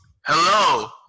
hello